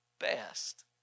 best